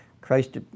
Christ